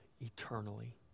eternally